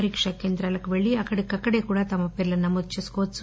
పరీకా కేంద్రాలకు పెల్లి అక్కడికక్కడే కూడా తమ పేర్లను నమోదు చేసుకోవచ్చు